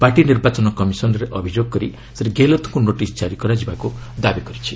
party ନିର୍ବାଚନ କମିଶନ୍ରେ ଅଭିଯୋଗ କରି ଶ୍ରୀ ଗେହେଲତଙ୍କୁ ନୋଟିସ୍ କାରି କରାଯିବାକୁ ଦାବି କରିଛି